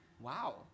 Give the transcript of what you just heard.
Wow